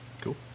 Cool